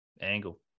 angle